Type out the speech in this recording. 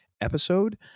episode